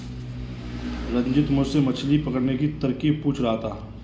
रंजित मुझसे मछली पकड़ने की तरकीब पूछ रहा था